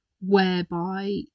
whereby